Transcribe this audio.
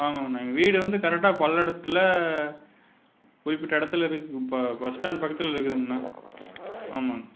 ஆமாங்கண்ணா எங்கள் வீடு வந்து கரெக்டாக பல்லடத்தில் குறிப்பிட்ட இடத்துல இருக்குது இப்போ பஸ் ஸ்டாண்டு பக்கத்தில் இருக்குதுங்கண்ணா ஆமாங்க